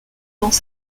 dans